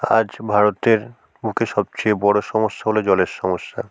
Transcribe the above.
আজ ভারতের বুকে সবচেয়ে বড়ো সমস্যা হলো জলের সমস্যা